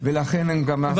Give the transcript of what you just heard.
דרך אגב שמענו.